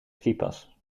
skipas